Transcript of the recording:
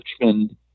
Richmond